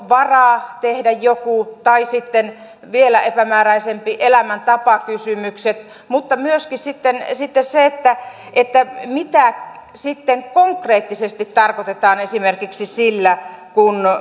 varaa tehdä joku tai sitten vielä epämääräisemmät elämäntapakysymykset mutta myöskin se että että mitä sitten konkreettisesti tarkoitetaan esimerkiksi sillä